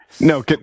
No